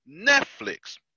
Netflix